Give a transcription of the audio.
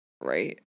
Right